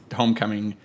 homecoming